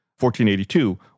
1482